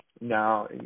now